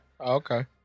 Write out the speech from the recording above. Okay